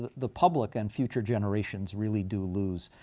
the public and future generations really do lose.